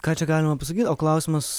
ką čia galima apsakyt o klausimas